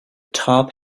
top